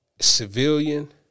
civilian